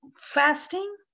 fasting